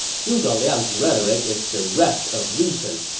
zhuge liang's rhetoric is bereft of reason.